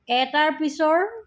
এটাৰ পিছৰ